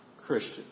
Christian